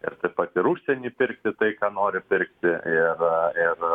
ir taip pat ir užsieny pirkti tai ką nori pirkti ir ir